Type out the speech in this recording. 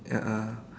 a'ah